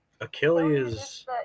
Achilles